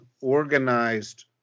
organized